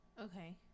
Okay